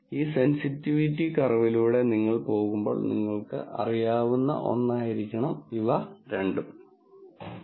അതിനാൽ ഈ സെൻസിറ്റിവിറ്റി കർവിലൂടെ നിങ്ങൾ പോകുമ്പോൾ നിങ്ങൾക്ക് അറിയാവുന്ന ഒന്നായിരിക്കണം ഇവ രണ്ടും